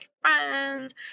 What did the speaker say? friends